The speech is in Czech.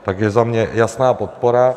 Takže za mě jasná podpora.